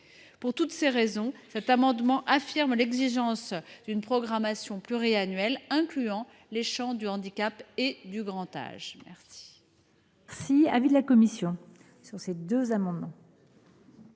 Pour toutes ces raisons, nous souhaitons affirmer l’exigence d’une programmation pluriannuelle incluant les champs du handicap et du grand âge. Quel